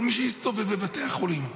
כל מי שהסתובב בבתי החולים,